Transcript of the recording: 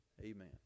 Amen